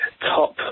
top